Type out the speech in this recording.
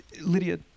Lydia